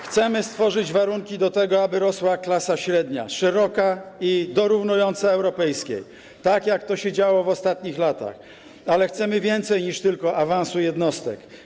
Chcemy stworzyć warunki do tego, aby rosła klasa średnia, szeroka i dorównująca europejskiej, tak jak to się działo w ostatnich latach, ale chcemy więcej niż tylko awansu jednostek.